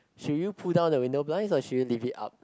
should you pull down the window blinds or should you leave it up